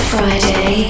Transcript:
Friday